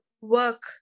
work